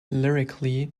lyrically